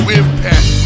impact